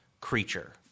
creature